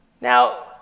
Now